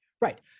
Right